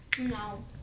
No